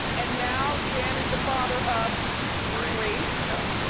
and now dan is the father of three. three, yep.